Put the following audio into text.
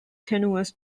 tenuous